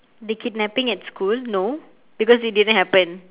the kidnapping at school no because it didn't happen